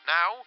Now